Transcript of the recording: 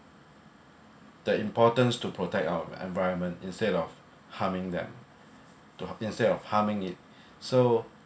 the importance to protect our environment instead of harming them to instead of harming it so